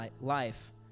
life